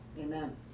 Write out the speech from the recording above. Amen